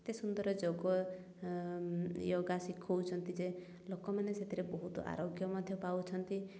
ଏତେ ସୁନ୍ଦର ଯୋଗ ୟୋଗା ଶିଖାଉଛନ୍ତି ଯେ ଲୋକମାନେ ସେଥିରେ ବହୁତ ଆରୋଗ୍ୟ ମଧ୍ୟ ପାଉଛନ୍ତି